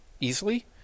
easily